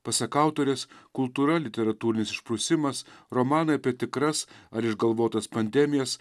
pasak autorės kultūra literatūrinis išprusimas romanai apie tikras ar išgalvotas pandemijas